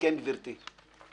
כן, גברתי.